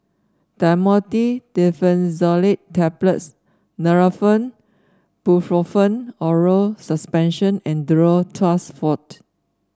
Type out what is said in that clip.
Dhamotil Diphenoxylate Tablets Nurofen Ibuprofen Oral Suspension and Duro Tuss Forte